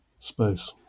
space